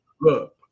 look